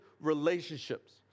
relationships